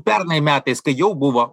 pernai metais kai jau buvo